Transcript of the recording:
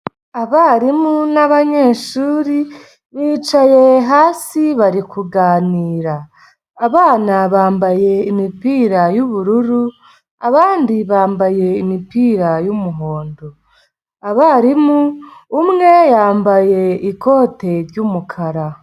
Abarimu n'abanyeshuri bicaye hasi bari kuganira, abana bambaye imipira y'ubururu abandi bambaye imipira y'umuhondo, abarimu umwe yambaye ikote ry'umukara.